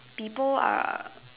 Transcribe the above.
people are